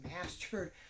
mastered